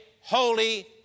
holy